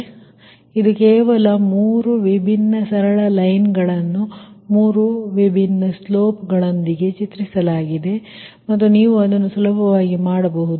ಆದ್ದರಿಂದ ಇದು ಕೇವಲ ಮೂರು ವಿಭಿನ್ನ ಸರಳ ಲೈನ್ಗಳನ್ನು ಮೂರು ವಿಭಿನ್ನ ಸ್ಲೋಪ್ಗಳೊಂದಿಗೆ ಚಿತ್ರಿಸಲಾಗಿದೆ ಮತ್ತು ನೀವು ಅದನ್ನು ಸುಲಭವಾಗಿ ಮಾಡಬಹುದು